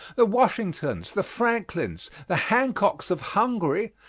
the washingtons, the franklins, the hancocks of hungary,